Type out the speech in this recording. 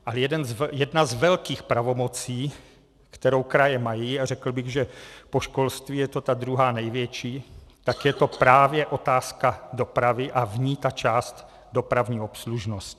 Ale jedna z velkých pravomocí, kterou kraje mají, a řekl bych, že po školství je to ta druhá největší, tak je to právě otázka dopravy a v ní ta část dopravní obslužnosti.